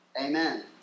Amen